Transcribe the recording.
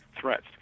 threats